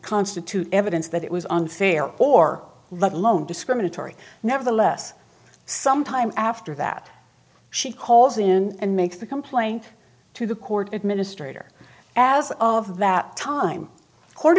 constitute evidence that it was unfair or let alone discriminatory nevertheless sometime after that she calls and make the complaint to the court administrator as of that time co